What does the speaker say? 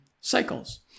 cycles